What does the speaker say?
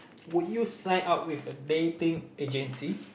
would you sign up with a dating agency